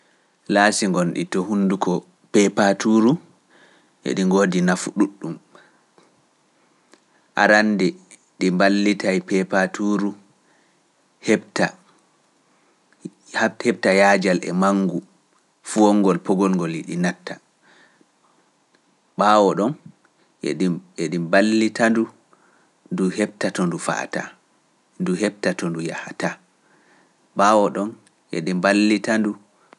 Laasi ngondi itto hunduko peepatuuru e ɗi ngoodi nafu ɗuɗɗum. Arannde ɗi mballitay peepatuuru heɓta yaajal e mangu fu wangol pogol ngol ndu yidi natta, e ɗi e ɗi mballita ndu ndu heɓta to ndu fa'ata, ndu heɓta to ndu yahata.